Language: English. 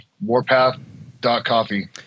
warpath.coffee